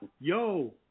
yo